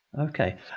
Okay